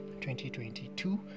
2022